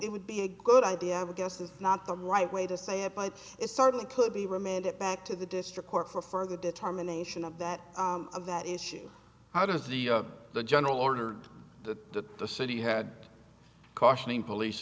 it would be a good idea i would guess is not the right way to say it but it certainly could be remanded back to the district court for further determination of that of that issue how does the the general ordered to the city had cautioning police